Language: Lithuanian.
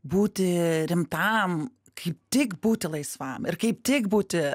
būti rimtam kaip tik būti laisvam ir kaip tik būti